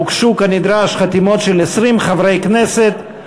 הוגשו כנדרש חתימות של 20 חברי כנסת,